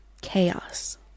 chaos